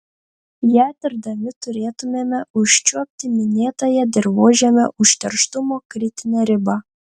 ją tirdami turėtumėme užčiuopti minėtąją dirvožemio užterštumo kritinę ribą